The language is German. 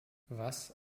was